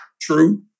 True